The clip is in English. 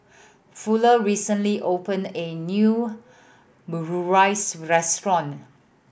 Fuller recently opened a new Omurice Restaurant